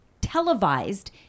televised